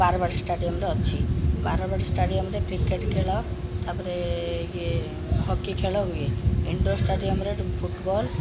ବାରବାଟୀ ଷ୍ଟାଡ଼ିୟମ୍ର ଅଛି ବାରବାଟୀ ଷ୍ଟାଡ଼ିୟମ୍ରେ କ୍ରିକେଟ୍ ଖେଳ ତା'ପରେ ଇଏ ହକି ଖେଳ ହୁଏ ଇଣ୍ଡୋର୍ ଷ୍ଟାଡ଼ିୟମରେ ଫୁଟବଲ୍